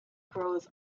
grows